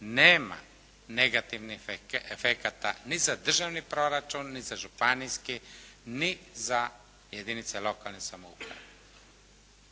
nema negativnih efekata ni za državni proračun, ni za županijski, ni za jedinice lokalne samouprave.